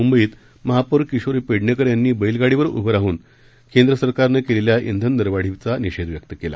मुंबईच्या महापौर किशोरी पेडणेकर यांनी बैलगाडीवर उभं राहून केंद्र सरकारनं केलेल्या इंधन दरवाढीविरोधाचा निषेध व्यक्त केला